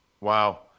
Wow